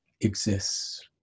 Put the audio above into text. exists